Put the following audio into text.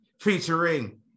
featuring